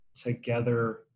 together